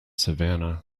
savannah